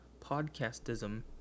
podcastism